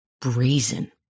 brazen